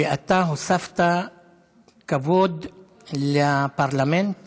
ואתה הוספת כבוד לפרלמנט